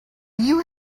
you